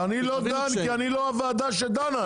אני לא דן, כי אני לא הוועדה שדנה.